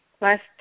Last